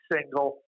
single